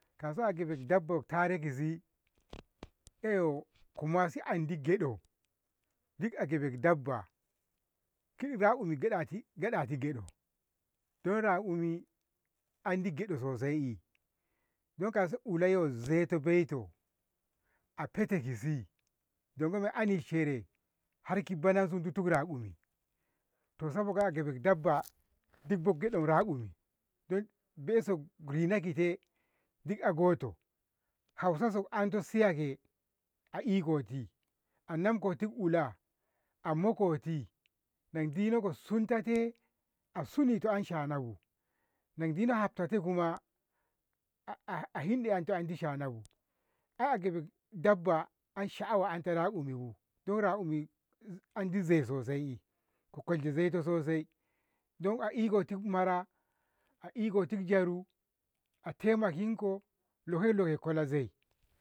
kauso a gibeb dabba ko tara kisa eyo kumasi anti gyadau duk a gibeb dabba kiti rakumi gaɗati gyadau dan rakumi anti gyadau sosai eh, dan kuso ulaiyoto zateo beito a fete kisa dongo ana share har badansu ki ditu ki rakumi to saboka'a a gibeb dabba dikbo gyadau rakumi bu be'eso kudina kite duk agoto hausa so ansas siya ke a ikoti anomkoti ula a mokoti nako dino kosuntote a sunito an shanabu na dino haftate kuma a- a- hinɗe andi shanabu, ai gibeb dabba an sha'awa kiti rakumi bu dan rakumi andi zoi sosai eh, ko kolshe zaito sosai dan a ikotit mara, a ikotit jaru taimakinko lekoi ko kolazai.